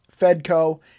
Fedco